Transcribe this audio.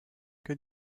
que